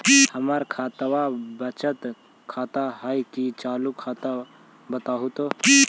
हमर खतबा बचत खाता हइ कि चालु खाता, बताहु तो?